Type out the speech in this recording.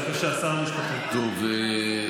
תגיד, שמעת מה אמרתי?